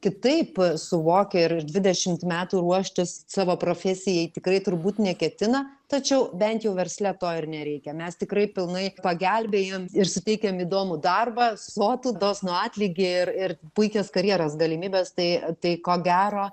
kitaip suvokia ir dvidešimt metų ruoštis savo profesijai tikrai turbūt neketina tačiau bent jau versle to ir nereikia mes tikrai pilnai pagelbėjam ir suteikiam įdomų darbą sotų dosnų atlygį ir ir puikias karjeros galimybes tai tai ko gero